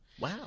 Wow